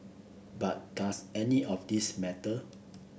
but does any of this matter